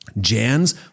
Jan's